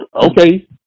okay